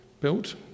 built